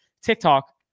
TikTok